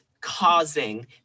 causing